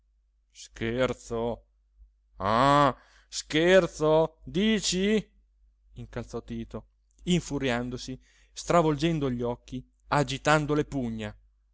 scherzo ah scherzo dici incalzò tito infuriandosi stravolgendo gli occhi agitando le pugna